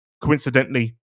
coincidentally